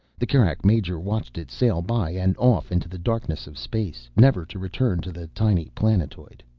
the kerak major watched it sail by and off into the darkness of space, never to return to the tiny planetoid.